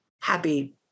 happy